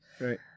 Right